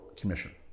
commission